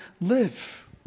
live